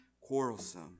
quarrelsome